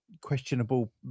questionable